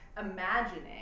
imagining